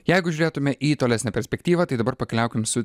jeigu žiūrėtume į tolesnę perspektyvą tai dabar pakeliaukim su